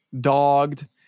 dogged